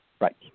Right